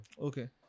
Okay